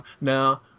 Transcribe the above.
Now